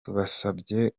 tubasabye